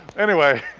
anyway.